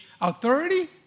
authority